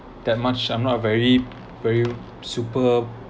that much I'm not a very very super